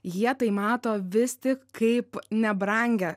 jie tai mato vis tik kaip nebrangią